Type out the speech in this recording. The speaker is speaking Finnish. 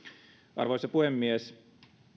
arvoisa puhemies